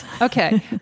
Okay